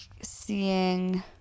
seeing